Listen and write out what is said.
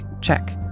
check